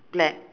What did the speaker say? black